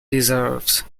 deserves